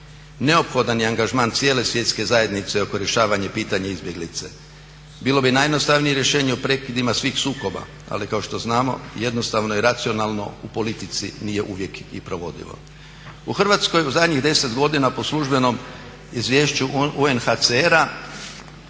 Neophodan je angažman cijele svjetske zajednice oko rješavanja pitanja izbjeglica. Bilo bi najjednostavnije rješenje u prekidima svih sukoba, ali kao što znamo jednostavno i racionalno u politici nije uvijek i provodivo. U Hrvatskoj u zadnjih 10 godina po službenom izvješću UNHCR-a